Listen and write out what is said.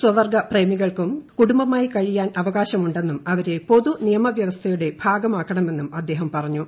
സ്വർഗ്ഗ പ്രേമികൾക്കും കുടുംബമായി കഴിയാൻ അവകാശമുണ്ടെന്നും അവരെ പൊതു നിയമവ്യവസ്ഥയുടെ ഭാഗ്മാക്കണമെന്നും അദ്ദേഹം പറഞ്ഞു